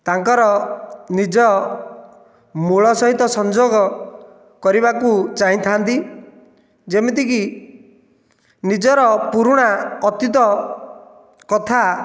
ତାଙ୍କର ନିଜ ମୂଳ ସହିତ ସଂଯୋଗ କରିବାକୁ ଚାହିଁଥାନ୍ତି ଯେମିତିକି ନିଜର ପୁରୁଣା ଅତୀତ କଥା